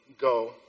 Go